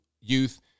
youth